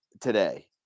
today